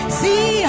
see